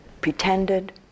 pretended